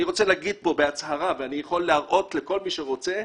אני רוצה להגיד פה בהצהרה ואני יכול להראות לכל מי שרוצה,